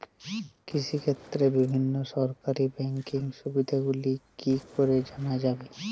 কৃষিক্ষেত্রে বিভিন্ন সরকারি ব্যকিং সুবিধাগুলি কি করে জানা যাবে?